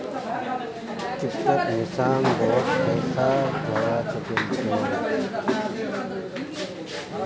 क्रिप्टोत निशांत बहुत पैसा गवा चुकील छ